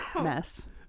mess